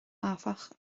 áfach